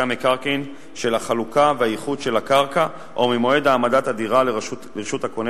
המקרקעין של החלוקה והאיחוד של הקרקע או ממועד העמדת הדירה לרשות הקונה,